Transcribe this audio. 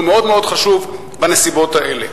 שהוא מאוד מאוד חשוב בנסיבות האלה.